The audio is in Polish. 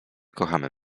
kochamy